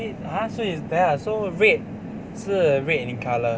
wait !huh! so is there ah red 是 red in colour